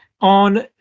on